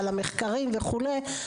על המחקרים וכולי.